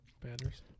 Badgers